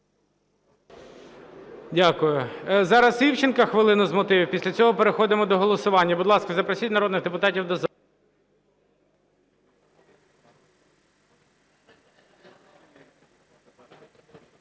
Дякую. Зараз Івченко – хвилина з мотивів. Після цього переходимо до голосування, будь ласка, запросіть народних депутатів до зали.